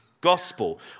Gospel